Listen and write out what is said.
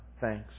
thanks